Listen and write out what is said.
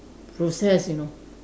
process you know